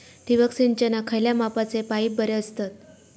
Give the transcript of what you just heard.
ठिबक सिंचनाक खयल्या मापाचे पाईप बरे असतत?